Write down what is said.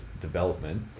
development